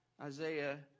Isaiah